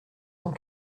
cent